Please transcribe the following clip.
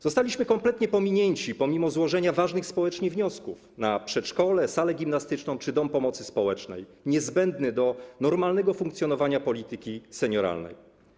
Zostaliśmy kompletnie pominięci pomimo złożenia ważnych społecznie wniosków dotyczących przedszkola, sali gimnastycznej czy domu pomocy społecznej, niezbędnego do normalnego funkcjonowania polityki senioralnej.